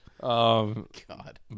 God